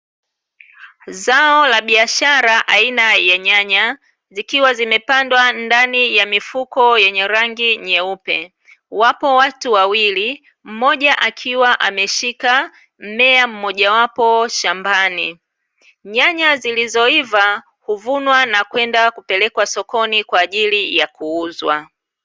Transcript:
Zao la biashara aina ya nyanya zikiwa zimepandwa ndani ya mifuko yenye rangi nyeupe, wapo watu wawili mmoja akiwa ameshika mmea mmojawapo shambani. Nyanya zilizoiva huvunwa na kwenda kupelekwa sokoni kwa ajili ya kuuzwa.